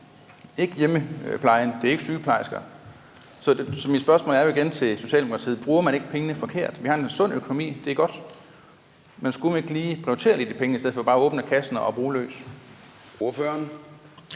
ikke i hjemmeplejen, det er ikke sygeplejersker. Så mit spørgsmål til Socialdemokratiet er jo igen: Bruger man ikke pengene forkert? Vi har en sund økonomi. Det er godt. Men skulle man ikke lige prioritere lidt i pengene i stedet for bare at åbne kassen og bruge løs? Kl.